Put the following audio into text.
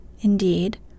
indeed